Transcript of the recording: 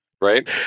Right